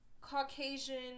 Caucasian